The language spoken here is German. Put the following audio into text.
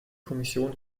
kommission